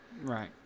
Right